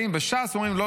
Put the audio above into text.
באים בש"ס ואומרים: לא,